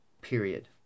period